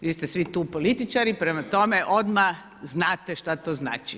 Vi ste svi tu političari, prema tome odmah znate što to znači.